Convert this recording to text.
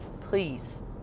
please